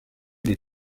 les